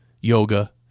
Yoga